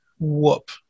whoop